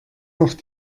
noch